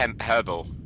herbal